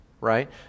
right